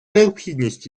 необхідність